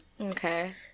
Okay